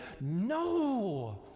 no